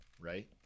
Right